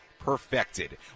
Perfected